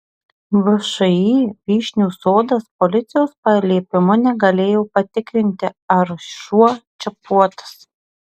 všį vyšnių sodas policijos paliepimu negalėjo patikrinti ar šuo čipuotas